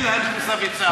אין להם כניסה ויציאה.